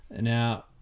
Now